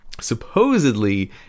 supposedly